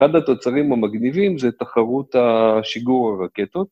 אחד התוצרים המגניבים זה תחרות השיגור הרקטות.